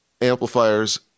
amplifiers